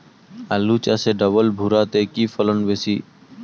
আলু চাষে ডবল ভুরা তে কি ফলন বেশি?